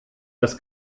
das